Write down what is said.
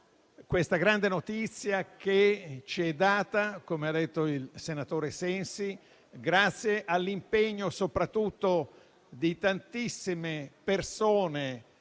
questa grande notizia, che è arrivata - come ha detto il senatore Sensi - grazie all'impegno, soprattutto, di tantissime persone,